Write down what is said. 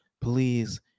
Please